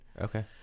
Okay